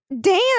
Dan